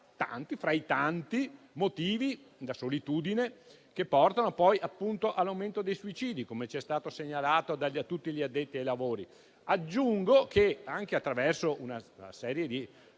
fra i tanti motivi, che porta all'aumento dei suicidi, come ci è stato segnalato da tutti gli addetti ai lavori. Aggiungo che, attraverso una serie di